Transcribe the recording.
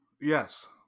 Yes